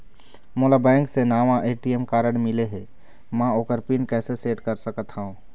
मोला बैंक से नावा ए.टी.एम कारड मिले हे, म ओकर पिन कैसे सेट कर सकत हव?